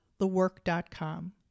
thework.com